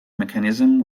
mechanism